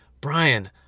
Brian